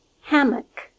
hammock